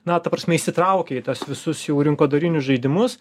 na ta prasme įsitraukia į tas visus jau rinkodarinius žaidimus